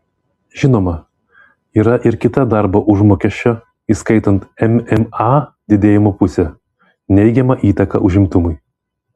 žinoma yra ir kita darbo užmokesčio įskaitant mma didėjimo pusė neigiama įtaka užimtumui